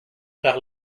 par